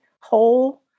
whole